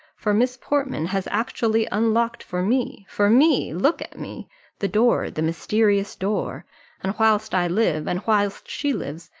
for miss portman has actually unlocked for me for me! look at me the door, the mysterious door and whilst i live, and whilst she lives,